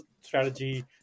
strategy